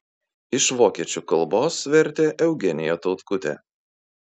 iš vokiečių kalbos vertė eugenija tautkutė